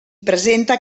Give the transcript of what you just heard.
presenta